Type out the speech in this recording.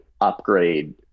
upgrade